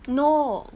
no